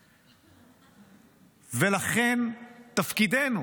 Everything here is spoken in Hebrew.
ולכן, תפקידנו